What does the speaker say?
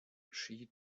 she